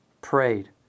prayed